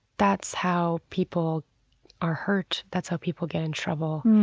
that's how people are hurt, that's how people get in trouble,